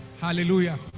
hallelujah